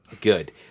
Good